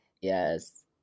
Yes